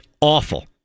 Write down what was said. awful